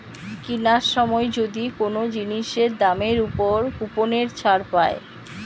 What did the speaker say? কিনার সময় যদি কোন জিনিসের দামের উপর কুপনের ছাড় পায়